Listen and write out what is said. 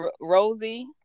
Rosie